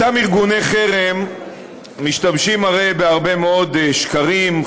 אותם ארגוני חרם משתמשים הרי בהרבה מאוד שקרים,